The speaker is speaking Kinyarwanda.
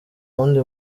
wundi